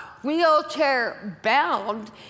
wheelchair-bound